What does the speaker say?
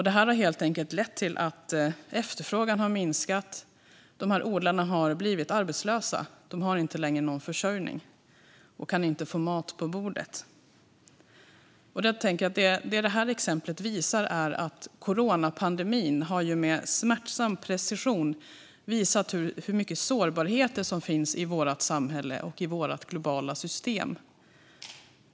Det här har helt enkelt lett till att efterfrågan har minskat och till att odlarna har blivit arbetslösa - de har inte längre någon försörjning och kan inte få mat på bordet. Det som detta exempel visar är att coronapandemin med smärtsam precision har visat hur många sårbarheter som finns i vårt samhälle och i vårt globala system.